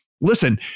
listen